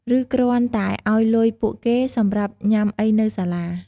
ឬ គ្រាន់តែឱ្យលុយពួកគេសម្រាប់ញុាំអីនៅសាលា។